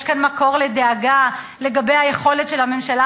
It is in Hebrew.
יש כאן מקור לדאגה לגבי היכולת של הממשלה